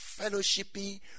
fellowshipping